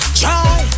try